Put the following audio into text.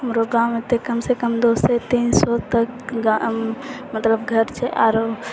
हमरो गाँव मे तऽ कम सऽ कम दू सए तीन सए तक मतलब घर छै आरो